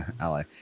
ally